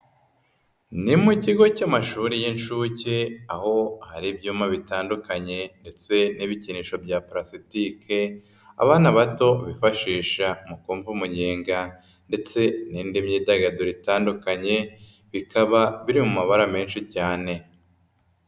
Ni mu kigo cy'amashuri y'inshuke aho hari ibyuma bitandukanye ndetse n'ibikinisho bya palasitike abana bato bifashisha mu kumva umunyenga ndetse n'indi myidagaduro itandukanye, bikaba biri mu mabara menshi cyane.